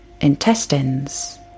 intestines